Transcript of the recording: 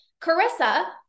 Carissa